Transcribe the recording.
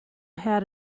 had